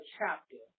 chapter